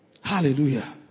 Hallelujah